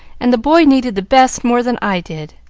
and the boy needed the best more than i did,